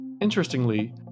Interestingly